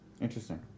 Interesting